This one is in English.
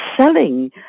selling